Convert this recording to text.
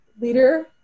leader